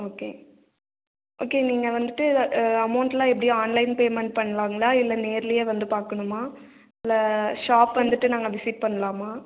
okay okay நீங்கள் வந்துட்டு அமெளண்ட்லாம் எப்படி ஆன்லைன் பேமண்ட் பண்ணுவாங்களா இல்லை நேர்லையே வந்து பார்க்கணுமா இல்லை ஷாப் வந்துட்டு நாங்கள் விசிட் பண்ணலாமா